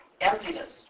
emptiness